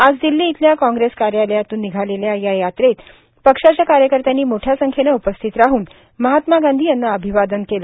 आज दिल्ली इथल्या कॉग्रेस कार्यालयातून निघालेल्या या यावेत पक्षाच्या कार्यकर्त्यांनी मोठ्या संख्येनं उपस्थित राहन महात्मा गांधी यांना अभिवादन केलं